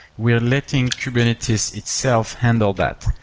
we're letting kubernetes itself handle that.